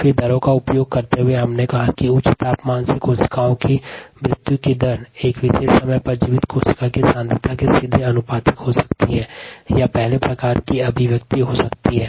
फिर दर के सन्दर्भ में हमने यह देखा कि उच्च तापमान में कोशिका की मृत्यु दर एक विशेष समय पर जीवित कोशिका की सांद्रता के सीधे समानुपातिक हो सकती है या first order kind of reaction हो सकती है